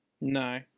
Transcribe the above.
No